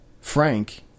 Frank